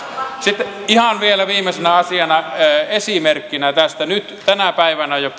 sitten ihan vielä viimeisenä asiana esimerkkinä tänä päivänä jo